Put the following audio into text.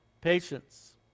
Patience